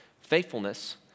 Faithfulness